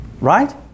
right